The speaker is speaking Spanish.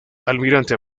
almirante